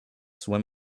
swim